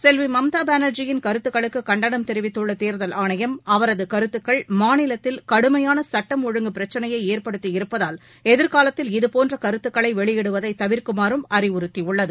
செல்வி மம்தா பானர்ஜி யின் கருத்துக்களுக்கு கண்டனம் தெரிவித்துள்ள தேர்தல் ஆணையம் அவரது கருத்துக்கள் மாநிலத்தில் கடுமையான சட்டம் ஒழுங்கு பிரச்சினையை ஏற்படுத்தியிருப்பதால் எதிர்காலத்தில் இதுபோன்ற கருத்துக்களை வெளியிடுவதை தவிர்க்குமாறும் அறிவுறுத்தியுள்ளது